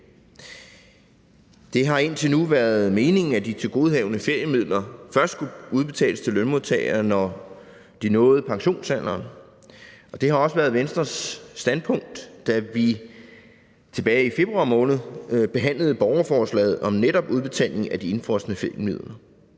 Det har indtil nu været meningen, at de tilgodehavende feriemidler først skulle udbetales til lønmodtagerne, når de nåede pensionsalderen, og det var også Venstres standpunkt, da vi tilbage i februar måned behandlede borgerforslaget om netop udbetaling af de indefrosne feriemidler.